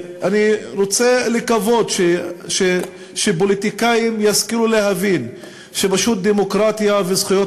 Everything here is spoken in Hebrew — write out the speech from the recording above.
אני רוצה לקוות שפוליטיקאים ישכילו להבין שפשוט דמוקרטיה וזכויות